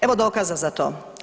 Evo dokaza za to.